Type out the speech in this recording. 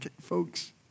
folks